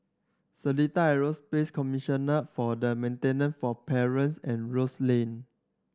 Seletar Aerospace Commissioner for the Maintenance for Parents and Rose Lane